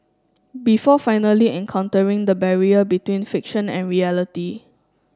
before finally encountering the barrier between fiction and reality